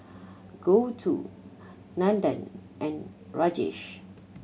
Gouthu Nandan and Rajesh